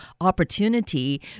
opportunity